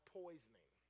poisoning